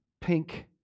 pink